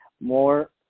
more